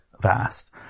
Vast